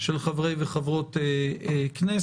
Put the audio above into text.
של חברי וחברות כנסת.